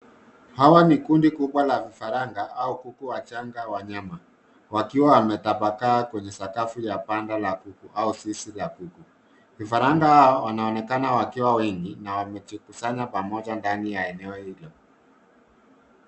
Hii ni kundi kubwa la vifaranga au kuku wachanga wa nyama wakiwa wametapakaa kwenye sakafu ya banda la kuku au zizi la kuku. Vifaranga hao wanaonekana wakiwa wengi na wamejikusanya pamoja ndani ya eneo hilo.